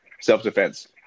self-defense